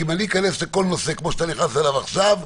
כי אם אני אכנס לכל נושא כמו שאתה נכנס אליו עכשיו,